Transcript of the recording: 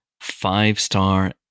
five-star